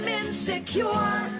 insecure